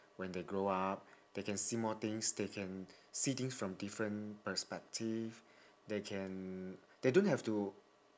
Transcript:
when they grow up they can see more things they can see things from different perspective they can they don't have to